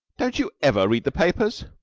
don't you ever read the papers?